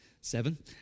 seven